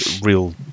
real